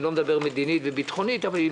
לא מדבר כבר על מדינית וביטחונית את